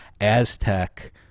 aztec